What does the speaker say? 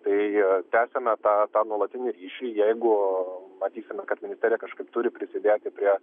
tai tęsiame tą tą nuolatinį ryšį jeigu matysime kad ministerija kažkaip turi prisidėti prie